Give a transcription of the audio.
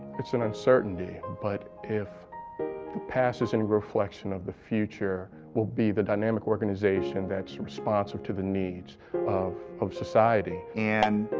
it's an uncertainty, but if the past is any and reflection of the future, we'll be the dynamic organization that's responsive to the needs of of society. and